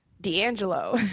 d'angelo